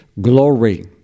glory